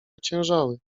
ociężały